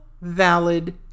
valid